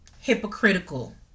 hypocritical